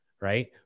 right